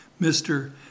Mr